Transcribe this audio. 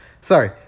Sorry